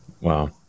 wow